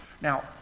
Now